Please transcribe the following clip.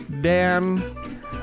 Dan